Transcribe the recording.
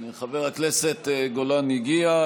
חבר הכנסת גולן הגיע.